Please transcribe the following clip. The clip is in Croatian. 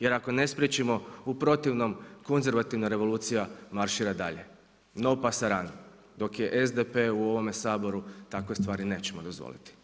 Jer ako ne spriječimo, u protivnom konzervativna revolucija maršira dalje … Dok je SDP u ovome Saboru takve stvari nećemo dozvoliti.